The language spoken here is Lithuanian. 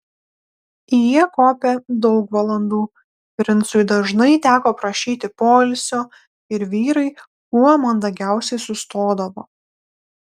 jie kopė daug valandų princui dažnai teko prašyti poilsio ir vyrai kuo mandagiausiai sustodavo